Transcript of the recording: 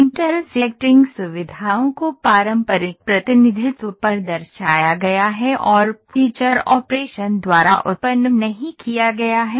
intersecting सुविधाओं को पारंपरिक प्रतिनिधित्व पर दर्शाया गया है और फीचर ऑपरेशन द्वारा उत्पन्न नहीं किया गया है